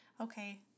okay